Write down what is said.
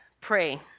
pray